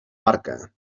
barca